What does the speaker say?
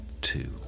two